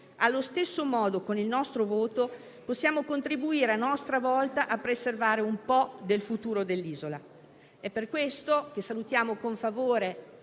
allo stesso modo con il nostro voto possiamo contribuire a nostra volta a preservare un po' del futuro dell'isola. È per questo che salutiamo con favore